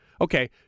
Okay